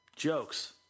Jokes